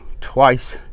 twice